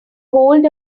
hold